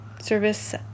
service